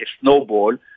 snowball